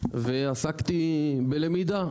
ועסקתי בלמידה,